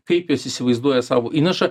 kaip jos įsivaizduoja savo įnašą